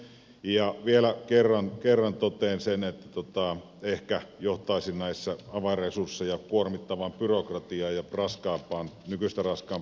ja vielä kerran totean sen että tämä ehkä johtaisi näissä avainresursseja kuormittavaan byrokratiaan ja nykyistä raskaampaan järjestelmään